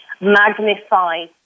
magnify